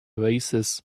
oasis